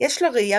יש לה ראייה